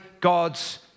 God's